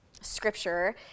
scripture